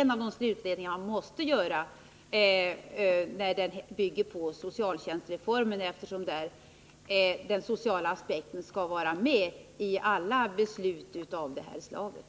en av de slutledningar man måste göra, eftersom detta bygger på socialtjänstreformen, enligt vilken den sociala aspekten skall vara med i alla beslut av det här slaget.